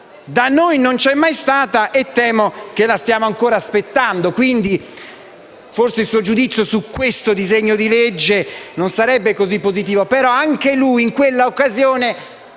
da noi non c’è mai stata e temo che la stiamo ancora aspettando. Quindi, il suo giudizio sul disegno di legge in esame non sarebbe così positivo, però anche lui, in quell’occasione,